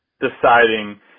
deciding